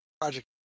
project